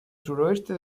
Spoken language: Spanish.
sudoeste